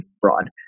fraud